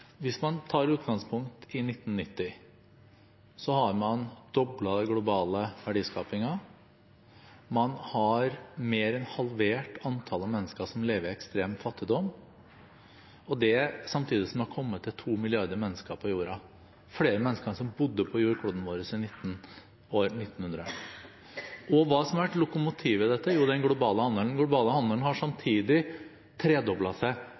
Hvis man tar utgangspunkt i 1990, har man doblet den globale verdiskapingen, man har mer enn halvert antallet mennesker som lever i ekstrem fattigdom, og det samtidig som det har kommet til 2 milliarder mennesker på jorda, flere mennesker enn det som bodde på jordkloden vår i 1900. Hva er det som har vært lokomotivet i dette? Jo, det er den globale handelen. Den globale handelen har samtidig tredoblet seg.